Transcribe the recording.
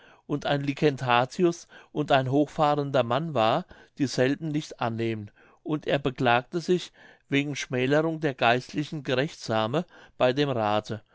und ein licentiatus und ein hochfahrender mann war dieselben nicht annehmen und er beklagte sich wegen schmälerung der geistlichen gerechtsame bei dem rathe